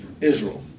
Israel